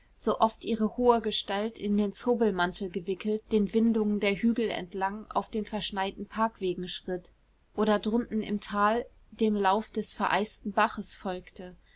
so oft ihre hohe gestalt in den zobelmantel gewickelt den windungen der hügel entlang auf den verschneiten parkwegen schritt oder drunten im tal dem lauf des vereisten baches folgte